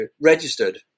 registered